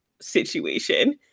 situation